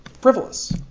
frivolous